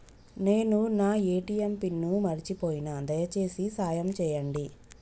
నేను నా ATM pin మర్చిపోయిన, దయచేసి సాయం చేయండి